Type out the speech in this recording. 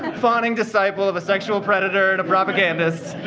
and fawning disciple of a sexual predator and a propagandist